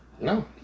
No